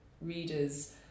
readers